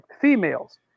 females